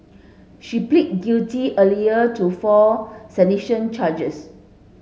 she pleaded guilty earlier to four sedition charges